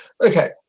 Okay